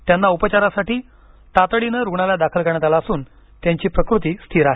त्यांना उपचारासाठी तातडीनं रुग्णालयात दाखल करण्यात आलं असून त्यांची प्रकृती स्थिर आहे